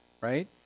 right